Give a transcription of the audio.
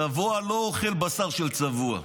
צבוע לא אוכל בשר של צבוע.